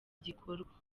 gikorwa